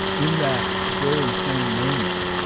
in that very same moment,